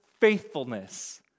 faithfulness